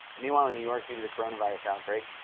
meanwhile, in new york, due to the coronavirus outbreak,